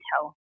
tell